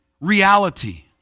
reality